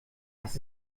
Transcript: was